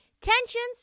Tensions